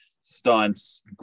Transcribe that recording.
stunts